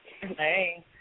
Hey